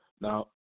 Now